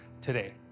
today